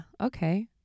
okay